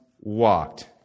walked